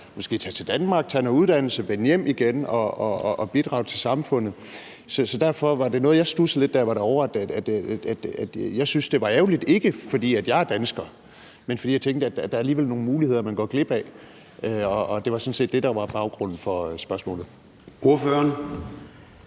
måske at tage til Danmark, tage noget uddannelse, vende hjem igen og bidrage til samfundet. Så derfor var det noget, jeg studsede lidt over, da jeg var derovre. Jeg syntes, det var ærgerligt, ikke fordi jeg er dansker, men fordi jeg tænkte, at der alligevel er nogle muligheder, man går glip af, og det var sådan set det, der var baggrunden for spørgsmålet. Kl.